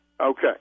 Okay